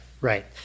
Right